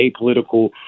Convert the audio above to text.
apolitical